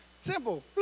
Simple